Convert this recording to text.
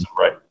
Right